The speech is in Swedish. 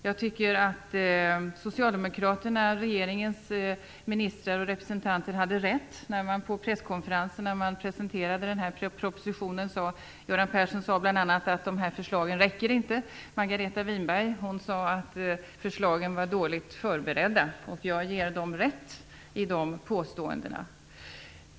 Jag tycker att regeringens ministrar och andra representanter hade rätt i vad man sade på den presskonferens där den här propositionen presenterades. Göran Persson sade nämligen bl.a. att de här förslagen inte räcker, och Margareta Winberg sade att förslagen var dåligt förberedda. Jag ger dem rätt i de påståendena.